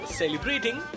celebrating